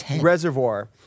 reservoir